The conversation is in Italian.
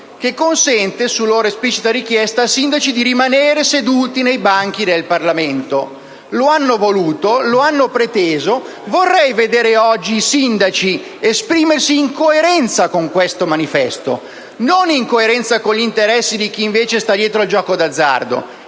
ai sindaci, su loro esplicita richiesta, di rimanere seduti nei banchi del Parlamento: lo hanno voluto, lo hanno preteso. Vorrei vedere oggi i sindaci esprimersi in coerenza con questo manifesto, non in coerenza con gli interessi di chi, invece, sta dietro al gioco d'azzardo